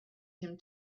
him